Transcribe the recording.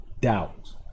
doubt